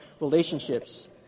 relationships